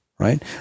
right